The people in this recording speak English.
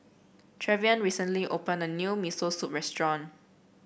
Trevion recently opened a new Miso Soup restaurant